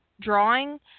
drawing